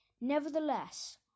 Nevertheless